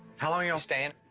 how long are ya'll staying?